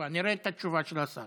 את התשובה של השר.